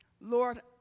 Lord